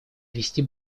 вести